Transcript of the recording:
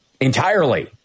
entirely